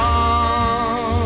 on